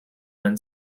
when